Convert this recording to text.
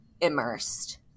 immersed